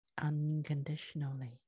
unconditionally